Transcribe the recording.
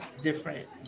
different